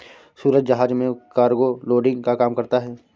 सूरज जहाज में cargo loading का काम करता है